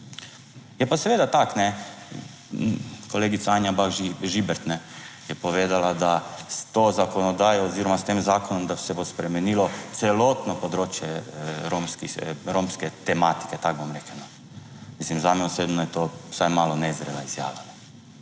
je pa seveda tako, kajne, kolegica Anja Bah Žibert je povedala, da s to zakonodajo oziroma s tem zakonom, da se bo spremenilo celotno področje romske, romske tematike, tako bom rekel, no. Mislim, zame osebno je to vsaj malo nezrela izjava.